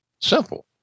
simple